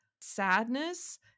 sadness